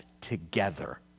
together